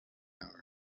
hour